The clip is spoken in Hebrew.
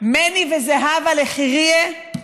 מני וזהבה לחירייה,